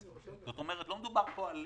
זאת אומרת, לא מדובר פה על